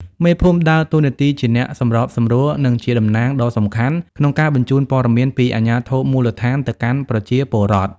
មេភូមិដើរតួនាទីជាអ្នកសម្របសម្រួល និងជាតំណាងដ៏សំខាន់ក្នុងការបញ្ជូនព័ត៌មានពីអាជ្ញាធរមូលដ្ឋានទៅកាន់ប្រជាពលរដ្ឋ។